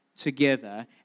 together